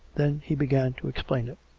then he began to explain it.